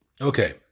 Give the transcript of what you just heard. Okay